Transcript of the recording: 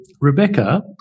Rebecca